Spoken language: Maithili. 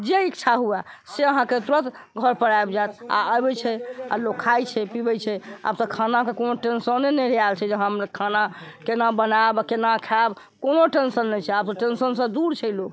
जे इच्छा हुए से अहाँके तुरत घर पर आबि जायत आ अबै छै आ लोक खाइ छै पीबै छै आब तऽ खानाके कोनो टेन्शनने नहि रहि आयल छै जे हम खाना केना बनायब केना खायब कोनो टेन्शन नहि छै आब तऽ टेन्शनसँ दूर छै लोक